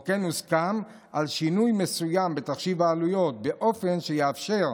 כן הוסכם על שינוי מסוים בתחשיב העלויות באופן שיאפשר,